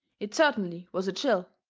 it certainly was a chill.